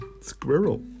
squirrel